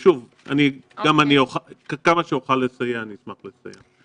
שוב, כמה שאוכל לסייע, אשמח לסייע.